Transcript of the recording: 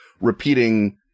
repeating